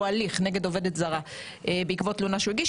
הליך נגד עובדת זרה בעקבות תלונה שהוא הגיש,